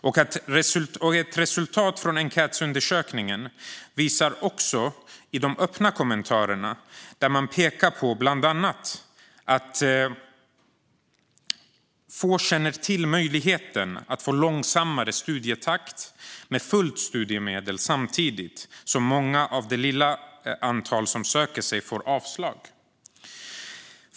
De öppna kommentarerna i enkätundersökningen visar bland annat att få känner till möjligheten att få långsammare studietakt med fullt studiemedel, samtidigt som många av det lilla antal som ansöker får avslag.